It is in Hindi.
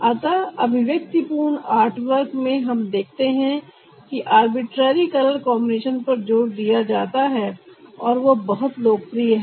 अतःअभिव्यक्तिपूर्ण आर्टवर्क मे हम देखते है कि आर्बिट्रारी कलर कॉन्बिनेशन पर जोर दिया जाता है और वह बहुत लोकप्रिय है